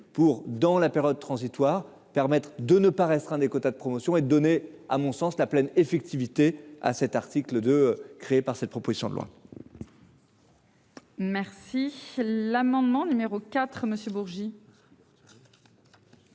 pour dans la période transitoire. De ne pas restreint des quotas de promotion et de donner à mon sens la pleine effectivité à cet article de créée par cette proposition de loi. Merci l'amendement numéro IV Monsieur